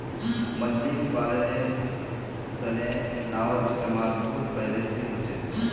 मछली पालानेर तने नाओर इस्तेमाल बहुत पहले से होचे